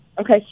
Okay